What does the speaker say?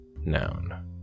Noun